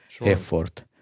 effort